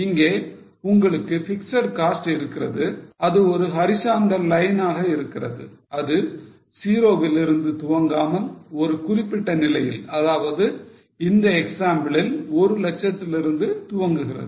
இங்கே உங்களுக்கு fixed cost இருக்கிறது அது ஒரு horizontal line ஆக இருக்கிறது அது 0 விலிருந்து துவங்காமல் ஒரு குறிப்பிட்ட நிலையில் அதாவது இந்த எக்ஸாம்பிளில் ஒரு லட்சத்திலிருந்து துவங்குகிறது